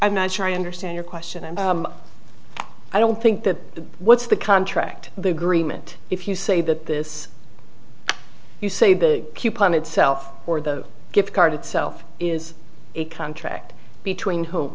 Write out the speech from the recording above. i'm not sure i understand your question and i don't think the what's the contract the agreement if you say that this you say the coupon itself or the gift card itself is a contract between who